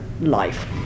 life